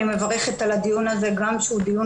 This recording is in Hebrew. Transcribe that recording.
אני מברכת על הדיון הזה גם שהוא דיון